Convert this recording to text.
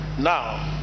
Now